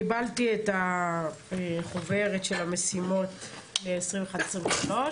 קיבלתי את החוברת של המשימות ל- 21,-23,